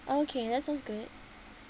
okay that sounds good